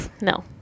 no